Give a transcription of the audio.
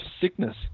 sickness